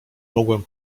mogłem